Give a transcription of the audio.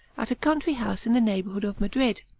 at a country house in the neighborhood of madrid,